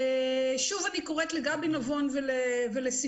שוב אני קוראת לגבי נבון ולסיון,